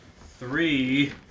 three